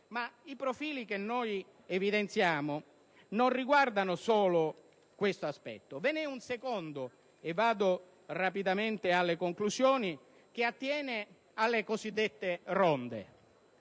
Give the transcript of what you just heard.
I profili che noi evidenziamo non riguardano solo questo aspetto; ve n'è un secondo - vado rapidamente alle conclusioni - che attiene alle cosiddette ronde.